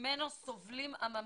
שממנו סובלים הממתינים.